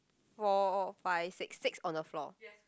four five six six on the floor